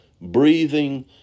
breathing